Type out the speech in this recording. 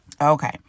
Okay